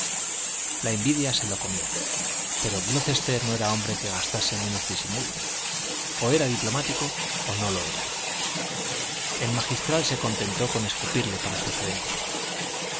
la envidia se lo comía pero glocester no era hombre que gastase menos disimulo o era diplomático o no lo era el magistral se contentó con escupirle para sus adentros